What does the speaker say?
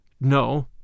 No